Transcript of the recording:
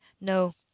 No